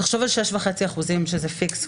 תחשוב על 6.5 אחוזים שזה פיקס,